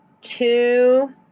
two